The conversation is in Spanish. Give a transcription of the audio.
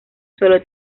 solo